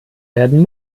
werden